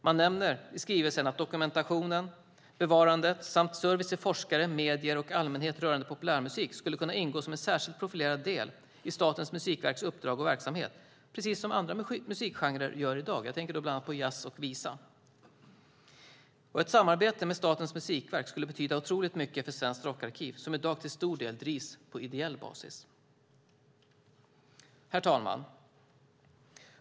Man nämner i skrivelsen att dokumentation, bevarande samt service till forskare, medier och allmänhet rörande populärmusik skulle kunna ingå som en särskilt profilerad del i Statens musikverks uppdrag och verksamhet, precis som andra musikgenrer gör i dag. Jag tänker bland annat på jazz och visa. Ett samarbete med Statens musikverk skulle betyda otroligt mycket för Svenskt Rockarkiv, som i dag till stor del drivs på ideell basis. Herr talman!